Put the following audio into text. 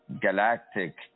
galactic